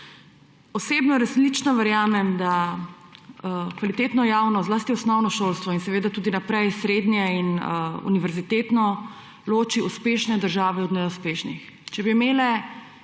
Osebno resnično verjamem, da kvalitetno javno, zlasti osnovno šolstvo in seveda tudi naprej srednje in univerzitetno loči uspešne države od neuspešnih. Če bi imele